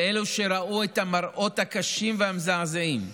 של אלו שראו את המראות הקשים והמזעזעים,